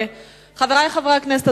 חברי חברי הכנסת,